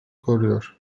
koruyor